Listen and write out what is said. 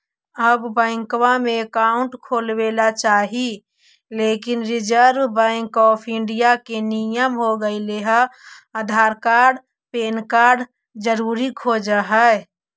आब बैंकवा मे अकाउंट खोलावे ल चाहिए लेकिन रिजर्व बैंक ऑफ़र इंडिया के नियम हो गेले हे आधार कार्ड पैन कार्ड जरूरी खोज है?